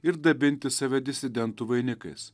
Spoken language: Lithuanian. ir dabinti save disidentų vainikais